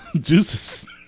Juices